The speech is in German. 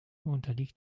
unterliegt